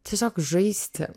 tiesiog žaisti